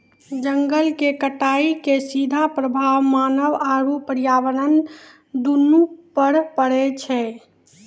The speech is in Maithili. जंगल के कटाइ के सीधा प्रभाव मानव आरू पर्यावरण दूनू पर पड़ै छै